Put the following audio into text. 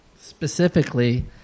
Specifically